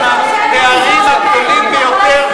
אנחנו המדינה עם הפערים הגדולים ביותר ב-OECD.